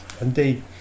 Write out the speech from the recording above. Indeed